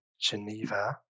Geneva